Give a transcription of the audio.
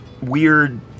weird